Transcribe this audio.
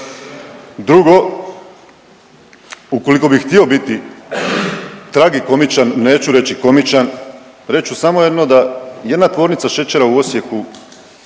Drugo, ukoliko bi htio biti tragikomičan, neću reći komičan reću samo jedno da jedna tvornica šećera u Osijeku